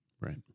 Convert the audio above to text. Right